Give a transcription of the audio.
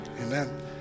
Amen